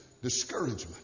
discouragement